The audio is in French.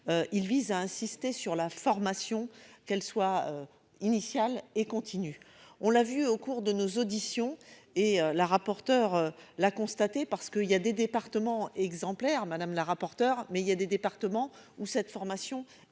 Il vise à insister sur la formation qu'elle soit initiale et continue, on l'a vu au cours de nos auditions et la rapporteure la constater, parce qu'il y a des départements exemplaire madame la rapporteure. Mais il y a des départements où cette formation mise